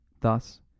Thus